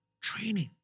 training